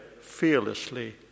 fearlessly